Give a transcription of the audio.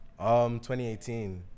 2018